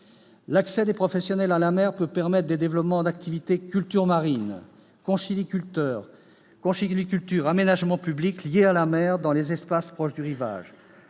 L'accès des professionnels à la mer peut permettre le développement d'activités telles que les cultures marines, la conchyliculture et les aménagements publics liés à la mer dans les espaces proches du rivage.